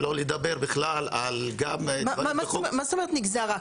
שלא לדבר בכלל גם על --- מה זאת אומרת "נגזר רק"?